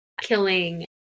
killing